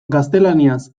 gaztelaniaz